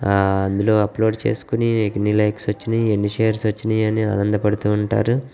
అందులో అప్లోడ్ చేసుకుని ఎన్ని లైక్స్ వచ్చినాయ్ ఎన్ని షేర్స్ వచ్చినాయ్ అని ఆనందపడుతు ఉంటారు